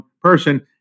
person